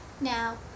Now